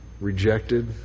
rejected